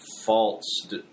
false